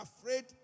afraid